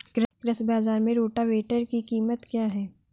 कृषि बाजार में रोटावेटर की कीमत क्या है?